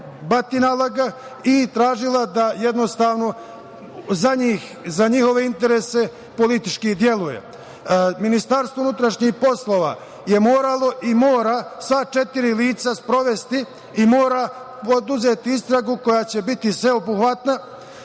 i tražila da jednostavno za njihove interese politički deluje. Ministarstvo unutrašnjih poslova je moralo i mora sva četiri lica sprovesti i mora poduzeti istragu koja će biti sveobuhvatna. Tužilac